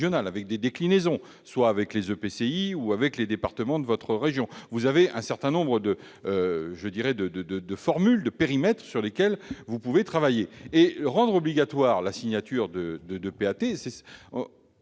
avec des déclinaisons dans les EPCI ou les départements de la région. Il y a un certain nombre de formules de périmètres sur lesquelles vous pouvez travailler. En rendant obligatoire la signature de PAT, nous